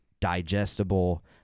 digestible